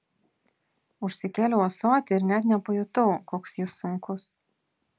užsikėliau ąsotį ir net nepajutau koks jis sunkus